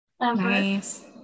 Nice